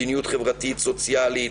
מדיניות חברתית סוציאלית,